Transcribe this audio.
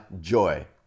joy